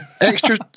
extra